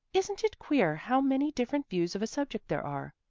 isn't it queer how many different views of a subject there are?